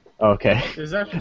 Okay